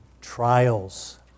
Trials